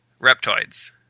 reptoids